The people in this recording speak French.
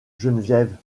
geneviève